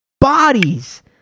bodies